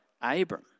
Abram